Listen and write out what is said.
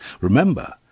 Remember